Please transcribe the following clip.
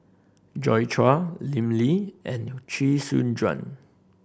Joi Chua Lim Lee and Chee Soon Juan